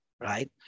right